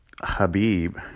Habib